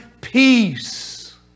peace